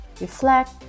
reflect